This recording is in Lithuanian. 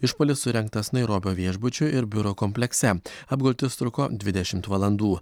išpuolis surengtas nairobio viešbučių ir biurų komplekse apgultis truko dvidešimt valandų